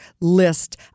list